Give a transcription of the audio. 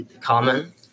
common